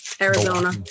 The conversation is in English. arizona